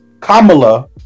Kamala